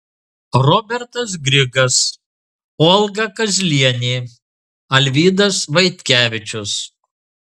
robertas grigas olga kazlienė alvydas vaitkevičius